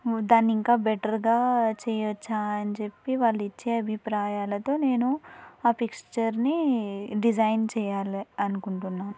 దాన్ని ఇంకా బెటర్గా చేయొచ్చా అని చెప్పి వాళ్ళు ఇచ్చే అభిప్రాయాలతో నేను ఆ పిక్స్చర్ని డిజైన్ చేయాలి అనుకుంటున్నాను